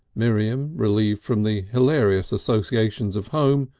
miriam, relieved from the hilarious associations of home,